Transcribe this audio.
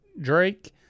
Drake